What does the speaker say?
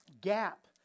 gap